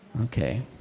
Okay